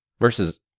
Versus